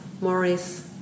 Morris